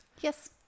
yes